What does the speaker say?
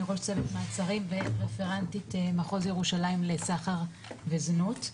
אני ראש צוות מעצרים ורפרנטית מחוז ירושלים לסחר וזנות.